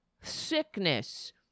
sickness